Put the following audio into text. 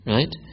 Right